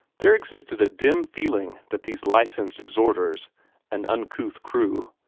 there existed a dim feeling that these licensed exhorters an uncouth crew,